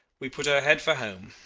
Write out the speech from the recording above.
we put her head for home,